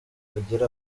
agere